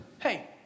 Hey